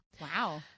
wow